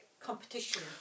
competition